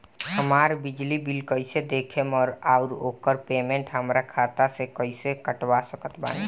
हमार बिजली बिल कईसे देखेमऔर आउर ओकर पेमेंट हमरा खाता से कईसे कटवा सकत बानी?